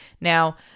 Now